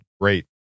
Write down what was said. great